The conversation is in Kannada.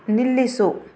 ನಿಲ್ಲಿಸು